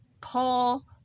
Paul